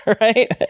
Right